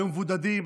היו מבודדים,